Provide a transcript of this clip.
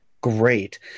Great